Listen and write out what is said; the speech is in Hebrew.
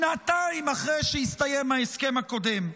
שנתיים אחרי שהסתיים ההסכם הקודם.